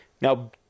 Now